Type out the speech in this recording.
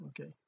okay